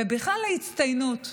ובכלל להצטיינות.